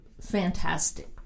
fantastic